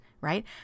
right